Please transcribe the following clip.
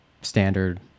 standard